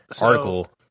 article